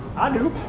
i do